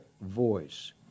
voice